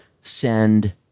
send